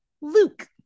Luke